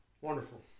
Wonderful